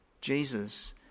Jesus